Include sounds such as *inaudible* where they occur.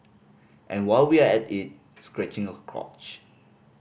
and while we're at it scratching *unintelligible* crotch